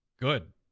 good